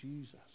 Jesus